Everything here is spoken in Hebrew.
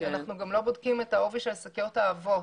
כי אנחנו לא בודקים גם את העובי של השקיות העבות.